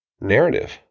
narrative